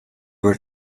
were